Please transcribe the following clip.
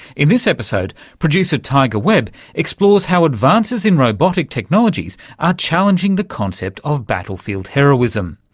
in this episode, producer tiger webb explores how advances in robotic technologies are challenging the concept of battlefield heroism,